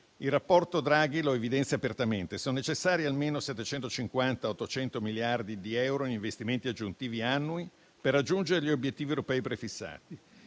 Il rapporto Draghi lo evidenzia apertamente: sono necessari almeno 750-800 miliardi di euro in investimenti aggiuntivi annui per raggiungere gli obiettivi europei prefissati.